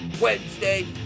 wednesday